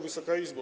Wysoka Izbo!